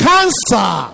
Cancer